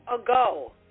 ago